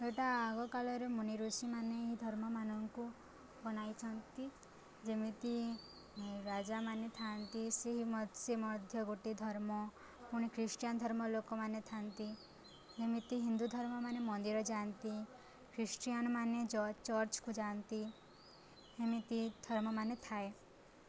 ଏଇଟା ଆଗକାଳରେ ମୁନିରୁଷିମାନେ ଏହି ଧର୍ମମାନଙ୍କୁ ବନାଇଛନ୍ତି ଯେମିତି ରାଜାମାନେ ଥାଆନ୍ତି ସେହି ମ ସେ ମଧ୍ୟ ଗୋଟେ ଧର୍ମ ପୁଣି ଖ୍ରୀଷ୍ଟିୟାନ ଧର୍ମ ଲୋକମାନେ ଥାଆନ୍ତି ଏମିତି ହିନ୍ଦୁ ଧର୍ମ ମାନେ ମନ୍ଦିର ଯାଆନ୍ତି ଖ୍ରୀଷ୍ଟିୟାନମାନେ ଯ ଚର୍ଚ୍ଚକୁ ଯାଆନ୍ତି ଏମିତି ଧର୍ମ ମାନେ ଥାଏ